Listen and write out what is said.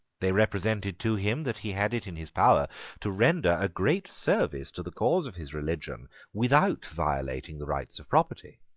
they represented to him that he had it in his power to render a great service to the cause of his religion without violating the rights of property.